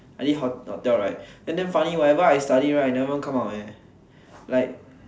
I did hotel right then damn funny cause whatever I study right never come out eh like